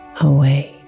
away